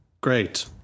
great